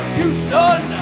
Houston